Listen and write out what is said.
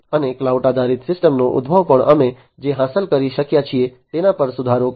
અને ક્લાઉડ આધારિત સિસ્ટમનો ઉદભવ પણ અમે જે હાંસલ કરી શક્યા છીએ તેના પર સુધારો કરશે